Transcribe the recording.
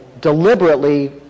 deliberately